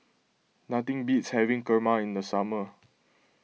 nothing beats having Kurma in the summer